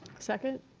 second?